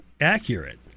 accurate